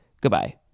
Goodbye